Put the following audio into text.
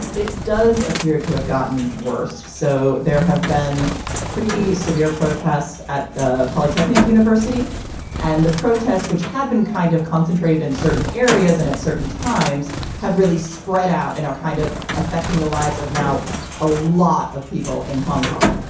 it does appear to have gotten worse so there have been pretty severe protests at the polytechnic university and the protests, which had been kind of concentrated in certain areas and at certain times have really spread out and are kind of affecting the lives of now a lot of people in hong kong.